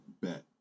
Bet